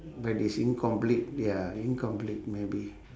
but it's incomplete ya incomplete maybe